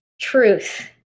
truth